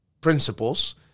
principles